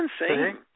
insane